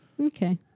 Okay